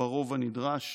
ברוב הנדרש